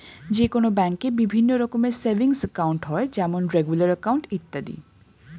যে কোনো ব্যাঙ্কে বিভিন্ন রকমের সেভিংস একাউন্ট হয় যেমন রেগুলার অ্যাকাউন্ট, ইত্যাদি